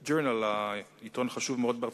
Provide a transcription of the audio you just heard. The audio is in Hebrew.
3. 3. האם יועבר לכנסת דוח רבעוני בנושא